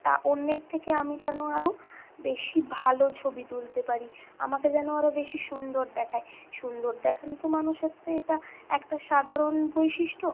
তা অন্যের থেকে আমি যেন আরও বেশি ভালো ছবি তুলতে পারি আমাকে যেন আরও বেশি সুন্দর দেখায় সুন্দর দেখানো তো মানুষের তো এটা একটা সাধারণ বৈশিষ্ট্য